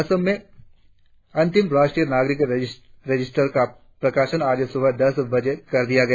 असम में अंतिम राष्ट्रीय नागरिक रजिस्टर का प्रकाशन आज सुबह दस बजे कर दिया गया